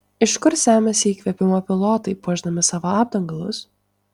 iš kur semiasi įkvėpimo pilotai puošdami savo apdangalus